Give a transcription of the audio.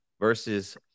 versus